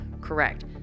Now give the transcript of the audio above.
correct